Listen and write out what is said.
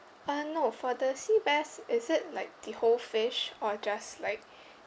uh no for the sea bass is it like the whole fish or just like